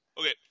Okay